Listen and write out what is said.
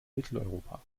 mitteleuropa